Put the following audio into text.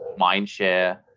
mindshare